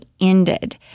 ended